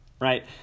right